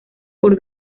por